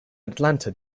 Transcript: atlanta